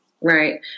right